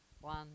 one